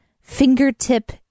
fingertip